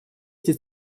эти